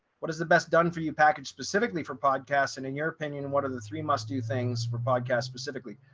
what is the best done for you package specifically for podcasts? and in your opinion and what are the three must do things for podcast specifically?